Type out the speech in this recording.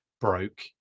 broke